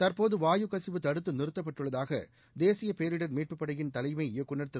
தற்போது வாயு கசிவு தடுத்து நிறுத்தப்பட்டுள்ளதாக தேசிய பேரிடர் மீட்புப்படையின் தலைமை இயக்குநர் திரு